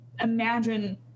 imagine